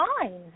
fine